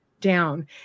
down